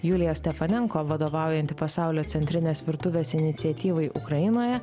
julija stefanenko vadovaujanti pasaulio centrinės virtuvės iniciatyvai ukrainoje